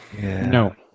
No